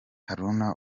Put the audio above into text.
haruna